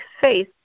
face